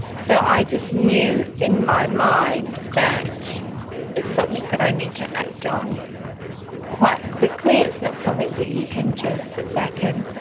so i just knew in my mind that it's something that i need to act on quite quickly. it's not something that you can just sit back and